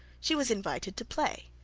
she was invited to play.